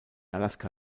alaska